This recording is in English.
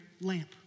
lamp